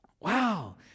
Wow